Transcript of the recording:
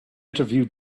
interview